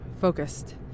focused